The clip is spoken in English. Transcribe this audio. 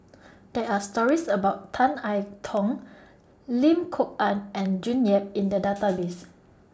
There Are stories about Tan I Tong Lim Kok Ann and June Yap in The Database